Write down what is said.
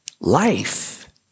life